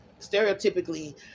stereotypically